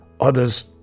others